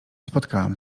spotkałam